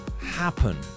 happen